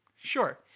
Sure